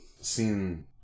seen